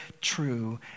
true